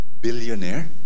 billionaire